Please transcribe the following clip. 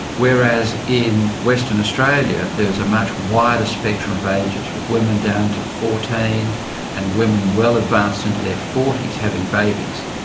whereas in western australia there's a much wider spectrum of ages with women down to fourteen and women well advanced into their forty s having babies.